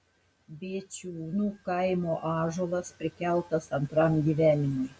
bėčiūnų kaimo ąžuolas prikeltas antram gyvenimui